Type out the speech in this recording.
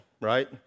Right